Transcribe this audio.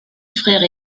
frère